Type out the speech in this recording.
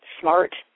smart